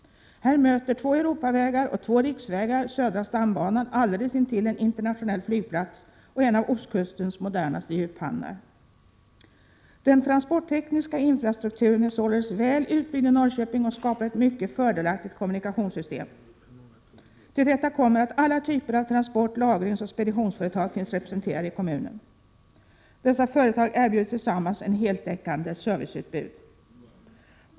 1987/88:123 Europavägar och två riksvägar södra stambanan alldeles intill en internatio 19 maj 1988 nell flygplats och en av ostkustens modernaste djuphamnar. Den transporttekniska infrastrukturen är således väl utbyggd i Norrköping och skapar ett mycket fördelaktigt kommunikationssystem. Till detta kommer att alla typer av transport-, lagringsoch speditionsföretag finns representerade i kommunen. Dessa företag erbjuder tillsammans ett heltäckande serviceutbud.